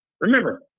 Remember